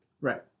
Right